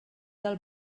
del